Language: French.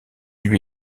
lui